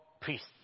priests